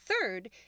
Third